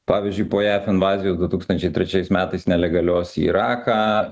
pavyzdžiui po jav invazijos du tūkstančiai trečiais metais nelegalios į iraką